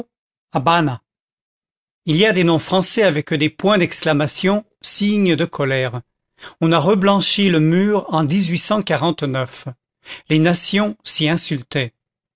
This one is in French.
il y a des noms français avec des points d'exclamation signes de colère on a reblanchi le mur en les nations s'y insultaient